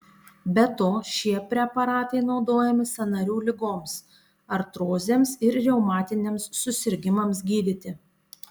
be to šie preparatai naudojami sąnarių ligoms artrozėms ar reumatiniams susirgimams gydyti